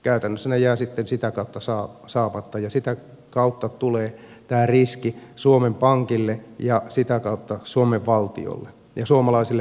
käytännössä ne jäävät sitten sitä kautta saamatta ja sitä kautta tulee tämä riski suomen pankille ja sitä kautta suomen valtiolle ja suomalaisille veronmaksajille